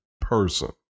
person